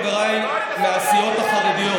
חבריי מהסיעות החרדיות.